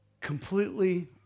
completely